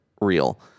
real